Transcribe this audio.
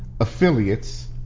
affiliates